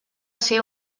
ser